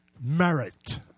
merit